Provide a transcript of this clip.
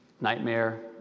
nightmare